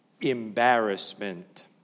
embarrassment